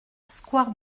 square